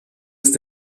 ist